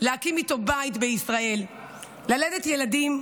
להקים איתו בית בישראל, ללדת ילדים,